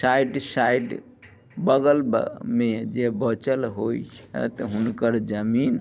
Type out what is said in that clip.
side side बगल बऽ मे जे बचल होइत छथि हुनकर जमीन